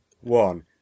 one